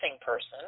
person